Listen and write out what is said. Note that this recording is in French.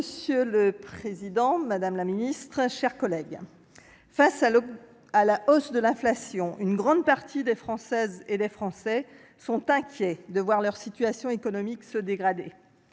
Monsieur le président, madame la ministre, mes chers collègues, face à la hausse de l'inflation, une grande partie des Françaises et des Français s'inquiètent de voir leur situation économique se dégrader.